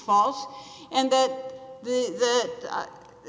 false and that the